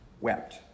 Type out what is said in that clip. wept